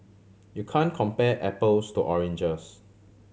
you can compare apples to oranges